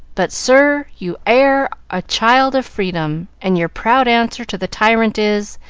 but, sir, you air a child of freedom, and your proud answer to the tyrant is,